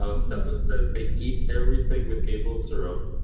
ah stefan says they eat everything with maple syrup.